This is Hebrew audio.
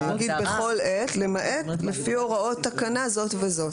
אני אגיד בכל עת למעט לפי הוראות תקנה זאת וזאת.